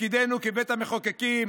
תפקידנו כבית המחוקקים